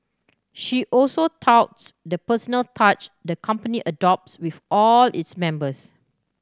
she also touts the personal touch the company adopts with all its members